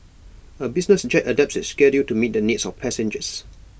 A business jet adapts its schedule to meet the needs of passengers